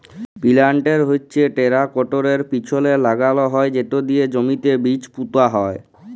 পিলান্টের হচ্যে টেরাকটরের পিছলে লাগাল হয় সেট দিয়ে জমিতে বীজ পুঁতা হয়